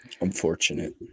Unfortunate